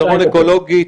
מסדרון אקולוגי,